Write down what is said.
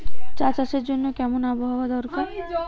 চা চাষের জন্য কেমন আবহাওয়া দরকার?